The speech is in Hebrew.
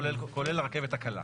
כולל הרכבת הקלה.